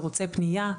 ערוצי פנייה,